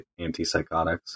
antipsychotics